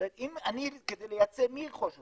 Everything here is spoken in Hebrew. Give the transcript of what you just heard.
זאת אומרת, כדי לייצא, מי ירכוש אותו?